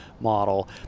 model